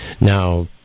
Now